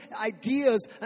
ideas